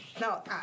No